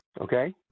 Okay